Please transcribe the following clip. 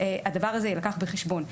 הדבר הזה יילקח בחשבון.